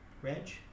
Reg